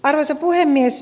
arvoisa puhemies